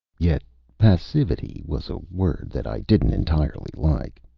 yet passivity was a word that i didn't entirely like.